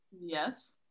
Yes